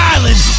Island